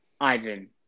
Ivan